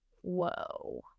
whoa